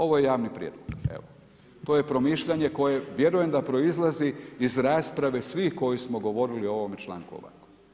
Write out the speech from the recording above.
Ovo je javni prijedlog, evo, to je promišljanje, koje vjerujem da proizlazi iz rasprave svih koji smo govorili o ovome članku ovako.